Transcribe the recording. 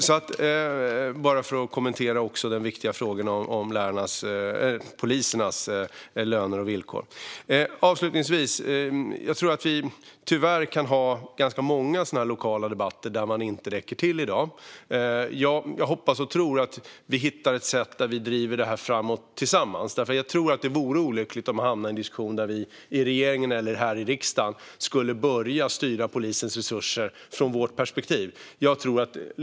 Detta sagt för att kommentera den viktiga frågan om polisernas löner och villkor. Avslutningsvis: Jag tror att det tyvärr förs ganska många lokala debatter om att polisens resurser inte räcker till. Jag hoppas och tror att vi hittar ett sätt där vi driver detta tillsammans. Det vore olyckligt om regering och riksdag börjar styra polisens resurser från sitt perspektiv.